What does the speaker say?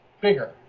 bigger